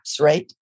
right